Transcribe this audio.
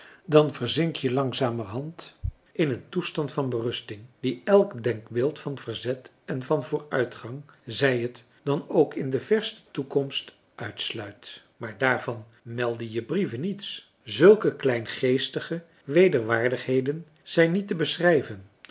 dan verzink je langzamerhand in een toestand van bemarcellus emants een drietal novellen rusting die elk denkbeeld van verzet en van vooruitgang zij het dan ook in de verste toekomst uitsluit maar daarvan meldden je brieven niets zulke kleingeestige wederwaardigheden zijn niet te beschrijven